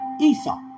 Esau